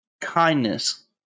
kindness